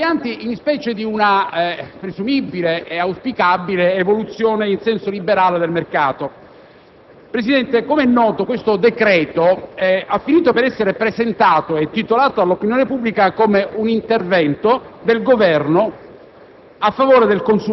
Sono fuorvianti in specie di una presumibile ed auspicabile evoluzione in senso liberale del mercato. Signor Presidente, com'è noto, questo decreto ha finito per essere presentato e titolato all'opinione pubblica come un intervento del Governo